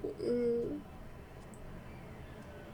mm